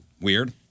Weird